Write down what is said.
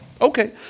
Okay